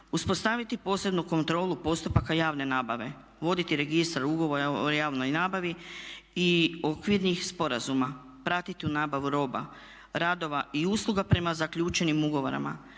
Uspostaviti posebnu kontrolu postupaka javne nabave, voditi registar ugovora o javnoj nabavi i okvirnih sporazuma. Pratiti nabavu roba, radova i usluga prema zaključenim ugovorima,